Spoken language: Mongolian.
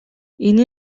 энэ